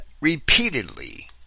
repeatedly